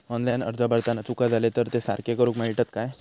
Online अर्ज भरताना चुका जाले तर ते सारके करुक मेळतत काय?